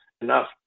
enough